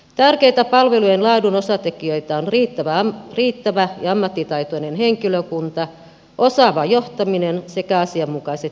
tärkeitä palvelujen laadun osatekijöitä ovat riittävä ja ammattitaitoinen henkilökunta osaava johtaminen sekä asianmukaiset toimitilat